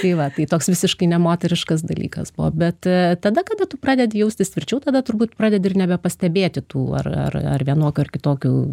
tai va tai toks visiškai ne moteriškas dalykas buvo bet e tada kada tu pradedi jaustis tvirčiau tada turbūt pradedi ir nebepastebėti tų ar ar vienokių ar kitokių